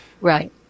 Right